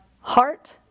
heart